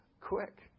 quick